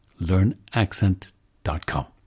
learnaccent.com